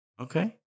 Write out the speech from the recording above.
Okay